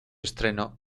estreno